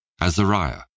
Azariah